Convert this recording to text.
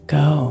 go